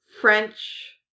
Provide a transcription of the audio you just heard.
French